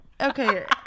okay